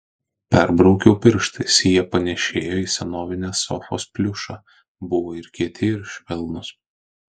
perbraukiau pirštais jie panėšėjo į senovinės sofos pliušą buvo ir kieti ir švelnūs